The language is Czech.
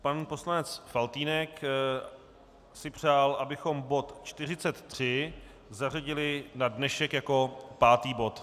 Pan poslanec Faltýnek si přál, abychom bod 43 zařadili na dnešek jako pátý bod.